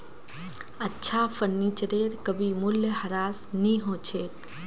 अच्छा फर्नीचरेर कभी मूल्यह्रास नी हो छेक